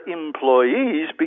employees